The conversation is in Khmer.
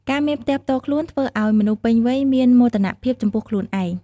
ការមានផ្ទះផ្ទាល់ខ្លួន ធ្វើឱ្យមនុស្សពេញវ័យមានមោទនភាពចំពោះខ្លួនឯង។